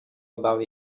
about